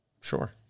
Sure